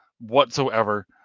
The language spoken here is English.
whatsoever